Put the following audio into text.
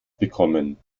bekommen